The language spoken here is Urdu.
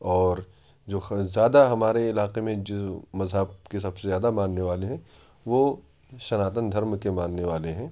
اور جو زیادہ ہمارے علاقے میں جو مذہب کے سب سے زیادہ ماننے والے ہیں وہ سناتن دھرم کے ماننے والے ہیں